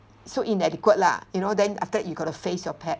so inadequate lah you know then after that you gotta face your pa~